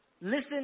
Listen